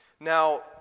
Now